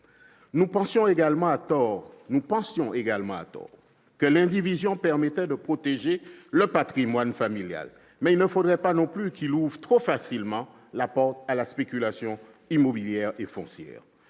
Nous pensions également à tort que l'indivision permettait de protéger le patrimoine familial, mais il ne faudrait pas non plus qu'il ouvre trop facilement la porte à la spéculation immobilière et foncière.